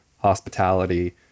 hospitality